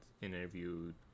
interviewed